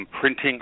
printing